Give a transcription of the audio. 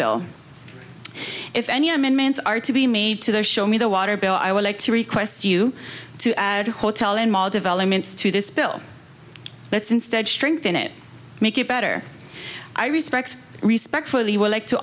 bill if any amendments are to be made to the show me the water bill i would like to request you to add hotel in ma developments to this bill let's instead strengthen it make it better i respect respect for the would like to